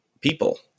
people